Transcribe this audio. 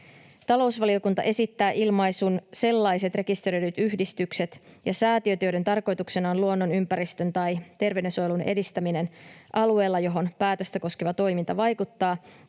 talousvaliokunta esittää ilmaisun ”sellaiset rekisteröidyt yhdistykset ja säätiöt, joiden tarkoituksena on luonnon-, ympäristön- tai terveydensuojelun edistäminen alueella, johon päätöstä koskeva toiminta vaikuttaa”